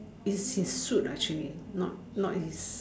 is his suit actually not not his